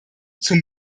zum